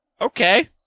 Okay